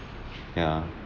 ya